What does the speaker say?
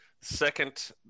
second